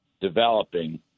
developing